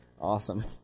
Awesome